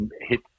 hit